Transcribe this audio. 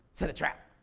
set a trap!